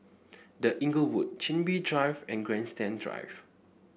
The Inglewood Chin Bee Drive and Grandstand Drive